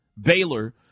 Baylor